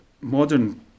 modern